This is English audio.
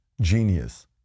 genius